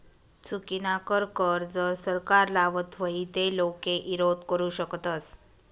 चुकीनाकर कर जर सरकार लावत व्हई ते लोके ईरोध करु शकतस